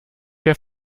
der